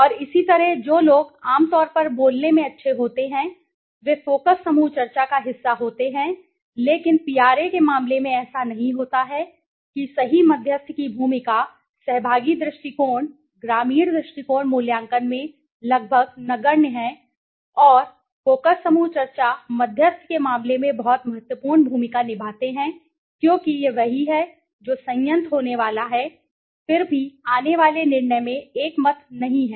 और इसी तरह जो लोग आम तौर पर बोलने में अच्छे होते हैं वे फ़ोकस समूह चर्चा का हिस्सा होते हैं लेकिन पीआरए के मामले में ऐसा नहीं होता है कि सही मध्यस्थ की भूमिका सहभागी दृष्टिकोण ग्रामीण दृष्टिकोण मूल्यांकन में लगभग नगण्य है और फ़ोकस समूह चर्चा मध्यस्थ के मामले में बहुत महत्वपूर्ण भूमिका निभाते हैं क्योंकि वह वही है जो संयत होने वाला है फिर भी आने वाले निर्णय में एकमत नहीं है